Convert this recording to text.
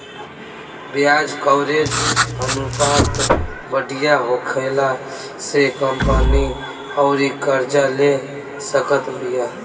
ब्याज कवरेज अनुपात बढ़िया होखला से कंपनी अउरी कर्जा ले सकत बिया